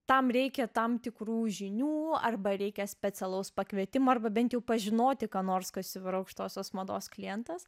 tam reikia tam tikrų žinių arba reikia specialaus pakvietimo arba bent jau pažinoti ką nors kas jau yra aukštosios mados klientas